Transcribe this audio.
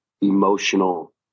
emotional